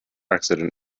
accident